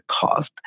cost